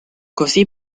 così